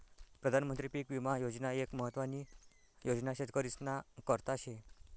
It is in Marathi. प्रधानमंत्री पीक विमा योजना एक महत्वानी योजना शेतकरीस्ना करता शे